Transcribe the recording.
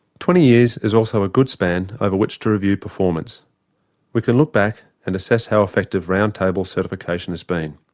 twenty years is also a good span over which to review performance we can look back and assess how effective roundtable certification has been.